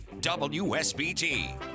wsbt